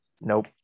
Nope